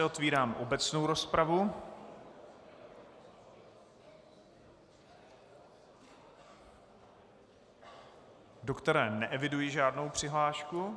Otevírám obecnou rozpravu, do které neeviduji žádnou přihlášku.